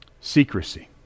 secrecy